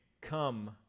come